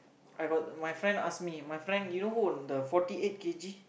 I got my friend ask me my friend you know who or not the forty eight K_G